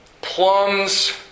plums